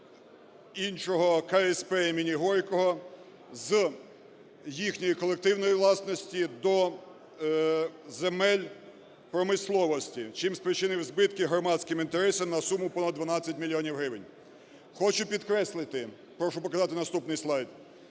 іншого КСП імені "Горького" з їхньої колективної власності до земель промисловості, чим спричинив збитки громадським інтересам на суму понад 12 мільйонів гривень. Хочу підкреслити, прошу показати наступний слайд,